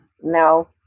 no